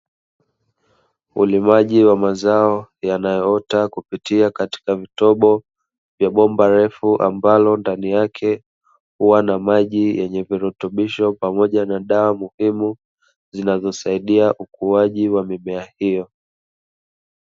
Ulimaji wa mazao yanayoota kupitia vitobo vya bomba refu, ambalo ndani yakehuwa na maji yenye virutubisho, pamoja na dawa muhimu zinazosaidia ukuaji wa mimea hiyo.